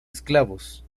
esclavos